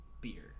beer